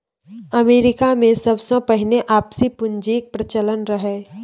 अमरीकामे सबसँ पहिने आपसी पुंजीक प्रचलन रहय